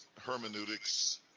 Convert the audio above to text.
hermeneutics